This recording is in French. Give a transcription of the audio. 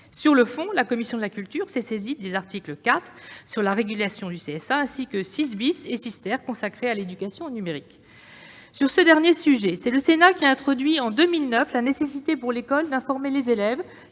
Sur le fond, la commission de la culture s'est saisie des articles 4, relatif à la régulation du CSA, ainsi que 6 et 6 , consacrés à l'éducation au numérique. Sur ce dernier sujet, c'est le Sénat qui a introduit en 2009 la nécessité pour l'école d'informer les élèves